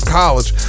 college